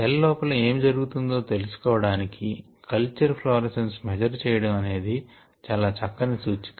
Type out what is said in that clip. cell లోపల ఏమి జరుగుతుందో తెలిసికోవటానికి కల్చర్ ఫ్లోరసెన్స్ మెజర్ చేయడం అనేది చాలా చక్కని సూచిక